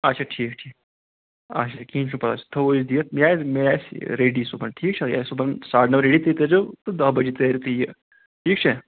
اچھا ٹھیٖک ٹھیٖک اچھا کہیٖنۍ چھُنہٕ پرواے سُہ تھاوو أسۍ دِتھ یہِ آسہِ یہِ آسہِ ریڑی صُبحن ٹھیٖک چھا یہِ آسہِ صُبحن ساڑٕ نو ریڑی تُہۍ تٔرزیو تہٕ دہ بَجے تٲرزیو تُہۍ یہِ